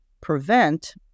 prevent